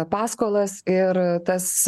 paskolas ir tas